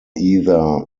either